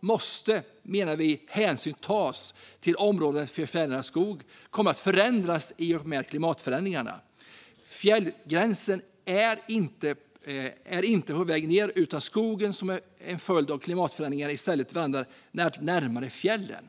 måste hänsyn tas till att områden för fjällnära skog kommer att förändras i och med klimatförändringarna. Fjällgränsen är inte på väg nedåt, utan skogen vandrar som en följd av klimatförändringarna närmare fjällen.